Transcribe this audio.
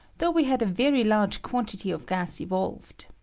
though we had a very large quantity of gas evolved.